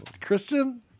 Christian